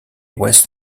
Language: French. west